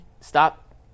stop